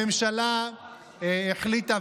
הממשלה החליטה,